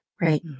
Right